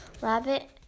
Rabbit